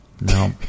No